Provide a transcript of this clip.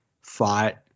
fought